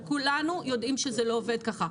אבל כולנו יודעים שזה לא עובד ככה.